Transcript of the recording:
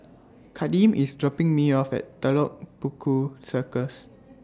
Kadeem IS dropping Me off At Telok Paku Circus